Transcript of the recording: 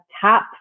tap